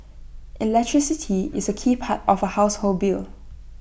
electricity is A key part of household bill